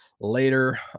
later